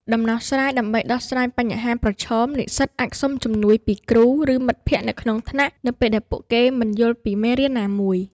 ដំណោះស្រាយដើម្បីដោះស្រាយបញ្ហាប្រឈមនិស្សិតអាចសុំជំនួយពីគ្រូ ឬមិត្តភ័ក្តិនៅក្នុងថ្នាក់នៅពេលដែលពួកគេមិនយល់ពីមេរៀនណាមួយ។